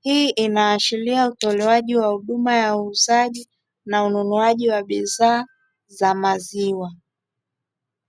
Hii inaashiria utolewaji wa huduma ya uuzaji na ununuaji wa bidhaa za maziwa.